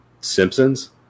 simpsons